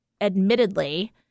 admittedly